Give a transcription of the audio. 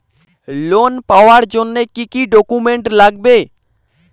Loan পাওয়ার জন্যে কি কি ডকুমেন্ট লাগবে?